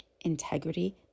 integrity